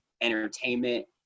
entertainment